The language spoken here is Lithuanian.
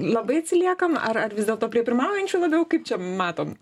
labai atsiliekam ar ar vis dėlto prie pirmaujančių labiau kaip čia matom